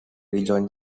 rejoin